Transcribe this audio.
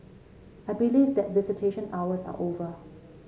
I believe that visitation hours are over